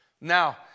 Now